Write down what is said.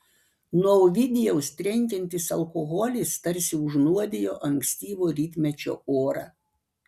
nuo ovidijaus trenkiantis alkoholis tarsi užnuodijo ankstyvo rytmečio orą